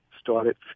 started